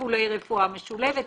טיפולי רפואה משולבת,